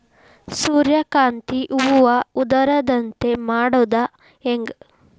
ಸೂರ್ಯಕಾಂತಿ ಹೂವ ಉದರದಂತೆ ಮಾಡುದ ಹೆಂಗ್?